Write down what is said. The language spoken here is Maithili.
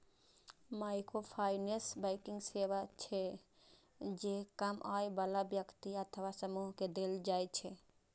माइक्रोफाइनेंस बैंकिंग सेवा छियै, जे कम आय बला व्यक्ति अथवा समूह कें देल जाइ छै